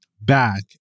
back